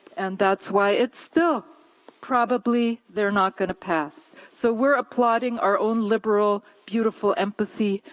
and that's why it's still probably they're not gonna pass. so we're applauding our own liberal beautiful empathy,